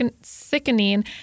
sickening